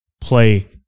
play